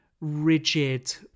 rigid